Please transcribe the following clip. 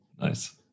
Nice